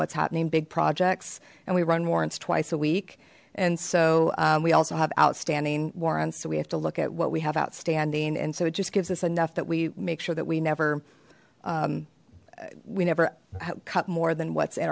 what's happening big projects and we run warrants twice a week and so we also have outstanding warrants so we have to look at what we have outstanding and so it just gives us enough that we make sure that we never we never cut more than what